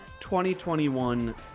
2021